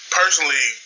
personally